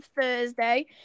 Thursday